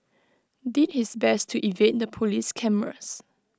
did his best to evade the Police cameras